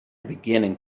beginning